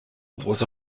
was